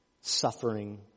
suffering